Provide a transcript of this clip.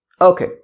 Okay